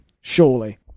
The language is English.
surely